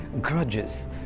grudges